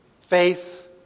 faith